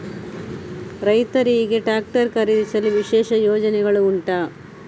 ರೈತರಿಗೆ ಟ್ರಾಕ್ಟರ್ ಖರೀದಿಸಲು ವಿಶೇಷ ಯೋಜನೆಗಳು ಉಂಟಾ?